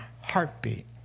heartbeat